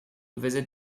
visit